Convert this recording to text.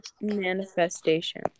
manifestation